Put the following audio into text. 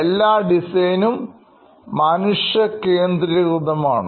എല്ലാ ഡിസൈനും മനുഷ്യ കേന്ദ്രീകൃതമാണ്